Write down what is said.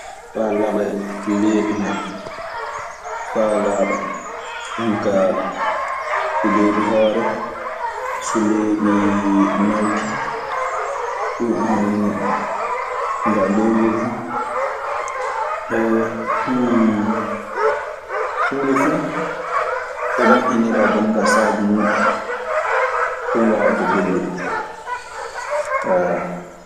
Faa laɓa leeɓi neɗɗo faa laaɓa. Jona kaa so leeɓi hoore, so leeɓi nawki.ɗun e hono muuɗun. Jon kaa leembol fuu. Huunde fu ko ɓoƴƴiniraa jonkaa saabi muuɗun ɗun waawata gollude.